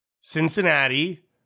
Cincinnati